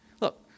Look